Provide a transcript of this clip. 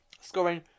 scoring